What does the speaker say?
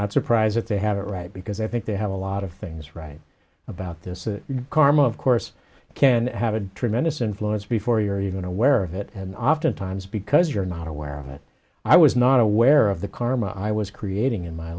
not surprised that they have it right because i think they have a lot of things right about this karma of course can have a tremendous influence before you're even aware of it and oftentimes because you're not aware of it i was not aware of the karma i was creating in my